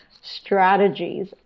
Strategies